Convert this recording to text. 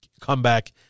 comeback